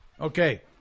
Okay